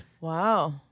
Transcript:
Wow